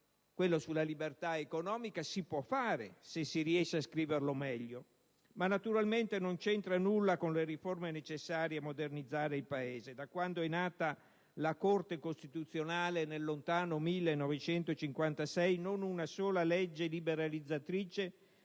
quello sulla libertà economica, si può anche fare, se si riesce a scriverlo meglio; ma naturalmente non c'entra nulla con le riforme necessarie a modernizzare il Paese. Da quando è nata la Corte costituzionale, nel lontano 1956, non una sola legge liberalizzatrice